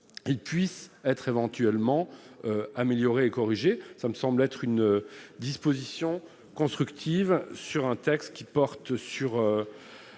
qui puisse être éventuellement améliorer et corriger ça me semble être une disposition constructives sur un texte qui porte sur